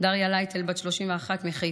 דריה לייטל, בת 31 מחיפה,